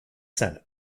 senate